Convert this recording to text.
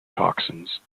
toxins